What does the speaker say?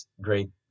great